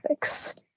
graphics